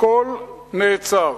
הכול נעצר.